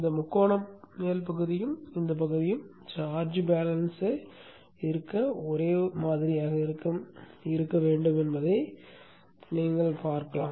இந்த முக்கோண மேல் பகுதியும் இந்தப் பகுதியும் சார்ஜ் பேலன்ஸ் இருக்க ஒரே மாதிரியாக இருக்க வேண்டும் என்பதை விரைவில் பார்க்கலாம்